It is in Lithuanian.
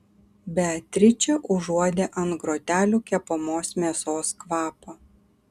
beatričė užuodė ant grotelių kepamos mėsos kvapą